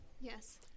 Yes